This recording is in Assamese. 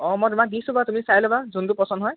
অঁ মই তোমাক দিছোঁ বাৰু তুমি চাই ল'বা যোনটো পচন্দ হয়